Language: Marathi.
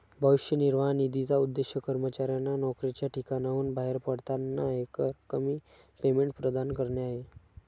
भविष्य निर्वाह निधीचा उद्देश कर्मचाऱ्यांना नोकरीच्या ठिकाणाहून बाहेर पडताना एकरकमी पेमेंट प्रदान करणे आहे